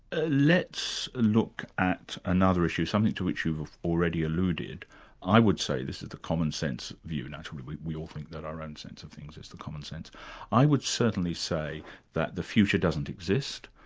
ah let's look at another issue, something to which you've already alluded i would say this is the commonsense view. naturally we we all thing that our own sense of things is the commonsense i would certainly say that the future doesn't exist,